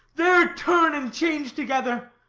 there turn and change together.